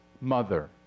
mother